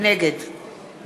נגד